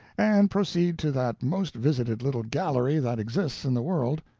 and proceed to that most-visited little gallery that exists in the world.